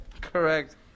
Correct